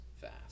fast